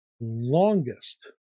longest